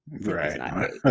Right